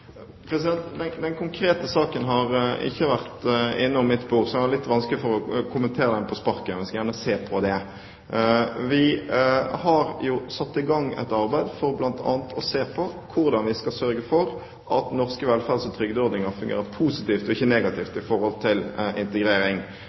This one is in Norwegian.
Den konkrete saken har ikke vært innom mitt bord, så jeg har litt vansker for å kommentere den på sparket, men jeg skal gjerne se på det. Vi har satt i gang et arbeid for bl.a. å se på hvordan vi skal sørge for at norske velferds- og trygdeordninger fungerer positivt, og ikke negativt,